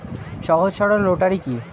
সহজ সরল রোটারি কি?